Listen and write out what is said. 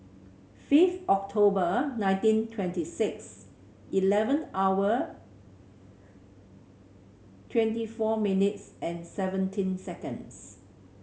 fifth October nineteen twenty six eleven hour twenty four minutes and seventeen seconds